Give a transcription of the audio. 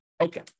Okay